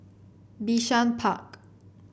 Bishan Park